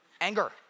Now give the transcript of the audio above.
anger